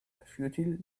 futile